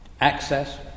access